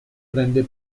prende